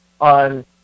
on